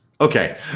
Okay